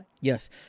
Yes